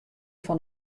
fan